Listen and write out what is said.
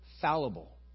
fallible